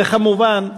וכמובן,